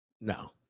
No